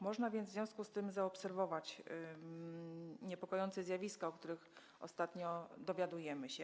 Można więc w związku z tym zaobserwować niepokojące zjawiska, o których ostatnio dowiadujemy się.